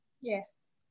Yes